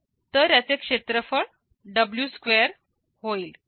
तर क्षेत्रफळ W2 होईल